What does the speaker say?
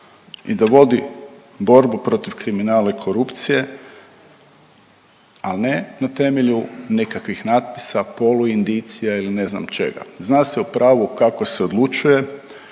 i da vodi borbu protiv kriminala i korupcije, al ne na temelju nekakvih natpisa, poluindicija ili ne znam čega. Zna se u pravu kako se odlučuje,